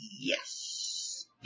yes